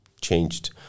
changed